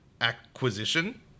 acquisition